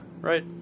right